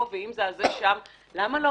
למה לא?